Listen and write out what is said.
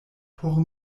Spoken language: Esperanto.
por